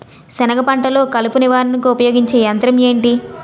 సెనగ పంటలో కలుపు నివారణకు ఉపయోగించే యంత్రం ఏంటి?